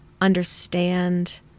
understand